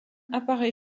apparaît